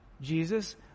Jesus